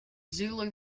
zulu